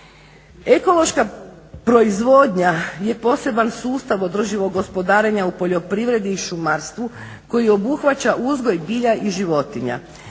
Ekološka proizvodnja je poseban sustav održivog gospodarenja u poljoprivredi i šumarstvu koji obuhvaća uzgoj bilja i životinja,